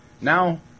now